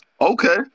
Okay